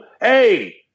hey